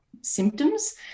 symptoms